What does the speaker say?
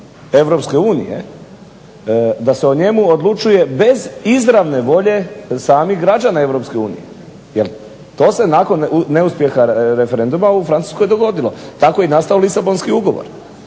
Europske unije, da se o njemu odlučuje bez izravne volje samih građana Europske unije. Jer to se nakon neuspjeha referenduma u Francuskoj dogodilo. Tako je i nastao Lisabonski ugovor.